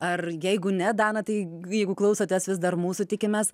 ar jeigu ne dana tai jeigu klausotės vis dar mūsų tikimės